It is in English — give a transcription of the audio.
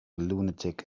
lunatic